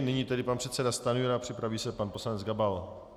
Nyní tedy pan předseda Stanjura, připraví se pan poslanec Gabal.